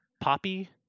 poppy